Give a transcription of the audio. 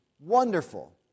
wonderful